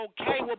Okay